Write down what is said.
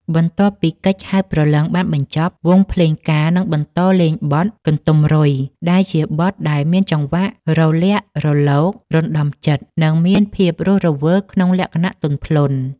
បន្ទាប់ពីកិច្ចហៅព្រលឹងបានបញ្ចប់ វង់ភ្លេងការនឹងបន្តលេងបទ កន្ទុំរុយ ដែលជាបទដែលមានចង្វាក់រលាក់រលក រណ្ដំចិត្ត និងមានភាពរស់រវើកក្នុងលក្ខណៈទន់ភ្លន់។